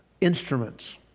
instruments